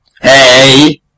Hey